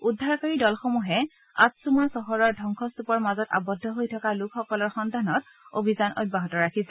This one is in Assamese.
উদ্ধাৰকাৰী দলসমূহে আটচুমা চহৰৰ ধবংসস্তুপৰ মাজত আৱদ্ধ হৈ থকা লোকসকলৰ সন্ধানত অভিযান অব্যাহত ৰাখিছে